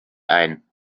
ein